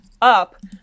up